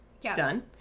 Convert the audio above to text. done